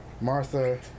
Martha